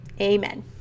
Amen